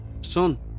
Son